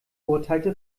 urteilte